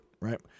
right